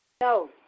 no